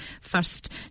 first